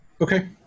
Okay